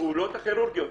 הפעולות הכירורגיות.